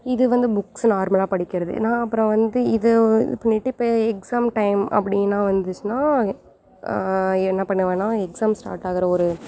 இது வந்து புக்ஸ் நார்மலாக படிகிறது நான் அப்புறம் வந்து இது பண்ணிவிட்டு இப்போ எக்ஸாம் டைம் அப்படின்னா வந்துச்சுன்னா என்ன பண்ணுவேன்னா எக்ஸாம் ஸ்டார்ட் ஆகிற ஒரு